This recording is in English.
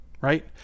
right